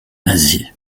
nazis